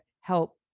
help